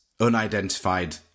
unidentified